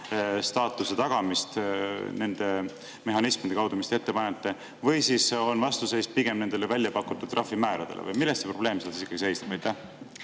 staatuse tagamist nende mehhanismide kaudu, mis te ette panete, või on vastuseis pigem nendele väljapakutud trahvimääradele? Või milles probleem siis ikkagi seisneb?